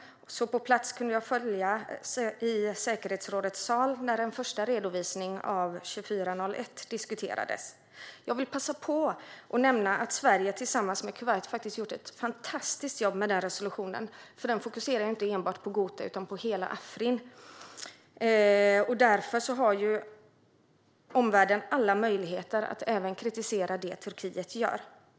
På plats kunde jag i säkerhetsrådets sal följa när en första redovisning av 2401 diskuterades. Jag vill passa på att nämna att Sverige tillsammans med Kuwait gjort ett fantastiskt jobb med resolutionen, för den fokuserar inte enbart på Ghouta utan på hela Syrien. Därför har omvärlden alla möjligheter att även kritisera det som Turkiet gör.